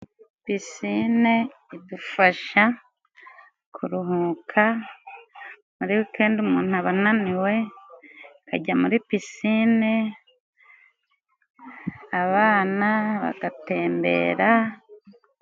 Pisine idufasha kuruhuka, muri wikende umuntu aba ananiwe, ajya muri pisine abana bagatembera.